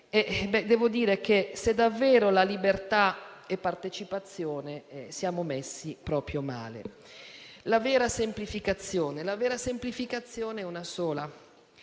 Devo dire che, se davvero la libertà è partecipazione, siamo messi proprio male. La vera semplificazione è una sola: